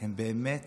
הם באמת